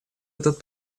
этот